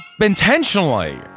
intentionally